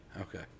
okay